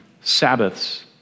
Sabbaths